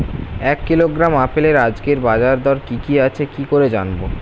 এক কিলোগ্রাম আপেলের আজকের বাজার দর কি কি আছে কি করে জানবো?